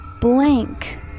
blank